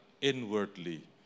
inwardly